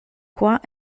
qua